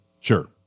Sure